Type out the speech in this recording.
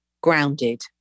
grounded